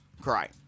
Cry